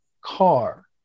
car